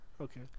Okay